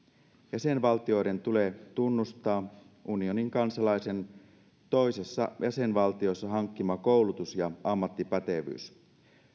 jäsenvaltioiden tulee tunnustaa unionin kansalaisen toisessa jäsenvaltiossa hankkima koulutus ja ammattipätevyys